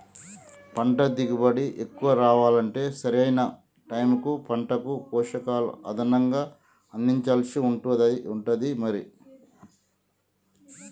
పంట దిగుబడి ఎక్కువ రావాలంటే సరి అయిన టైముకు పంటకు పోషకాలు అదనంగా అందించాల్సి ఉంటది మరి